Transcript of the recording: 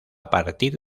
partir